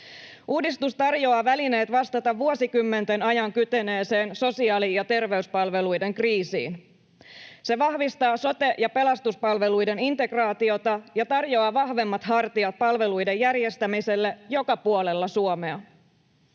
Uudistus tarjoaa välineet vastata vuosikymmenten ajan kyteneeseen sosiaali- ja terveyspalveluiden kriisiin. Se vahvistaa sote- ja pelastuspalveluiden integraatiota ja tarjoaa vahvemmat hartiat palveluiden järjestämiselle joka puolella Suomea.